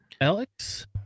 Alex